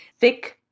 thick